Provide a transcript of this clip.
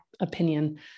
opinion